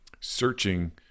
searching